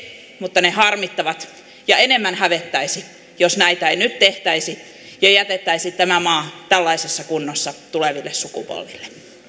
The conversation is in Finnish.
mutta ne harmittavat ja enemmän hävettäisi jos näitä ei nyt tehtäisi ja jätettäisiin tämä maa tällaisessa kunnossa tuleville sukupolville